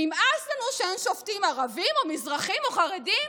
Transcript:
נמאס לנו שאין שופטים ערבים או מזרחים או חרדים,